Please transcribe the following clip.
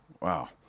Wow